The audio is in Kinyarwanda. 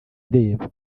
ndeba